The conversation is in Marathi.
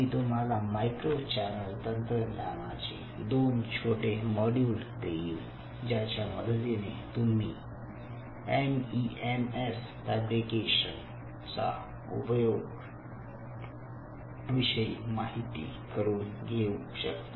मी तुम्हाला मायक्रो चॅनेल तंत्रज्ञानाचे दोन छोटे मॉड्यूल देईल ज्याच्या मदतीने तुम्ही एमईएमएस फॅब्रिकेशन च्या उपयोगा विषयी माहिती करून घेऊ शकता